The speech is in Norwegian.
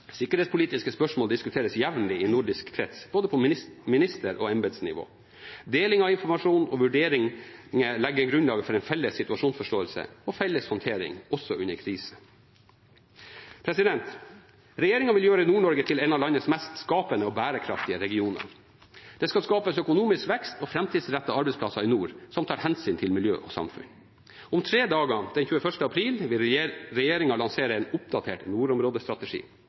Sikkerhetspolitiske spørsmål diskuteres jevnlig i nordisk krets på både minster- og embetsnivå. Deling av informasjon og vurderinger legger grunnlaget for en felles situasjonsforståelse og felles håndtering – også under kriser. Regjeringen vil gjøre Nord-Norge til en av landets mest skapende og bærekraftige regioner. Det skal skapes økonomisk vekst og framtidsrettede arbeidsplasser i nord som tar hensyn til miljø og samfunn. Om tre dager, den 21. april, vil regjeringen lansere en oppdatert nordområdestrategi.